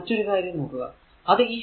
ഇനി മറ്റൊരു കാര്യം നോക്കുക അത് ഈ ഫിഗർ 2